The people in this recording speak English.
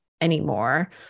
anymore